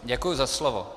Děkuji za slovo.